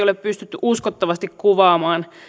ole pystytty uskottavasti kuvaamaan